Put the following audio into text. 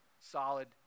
solid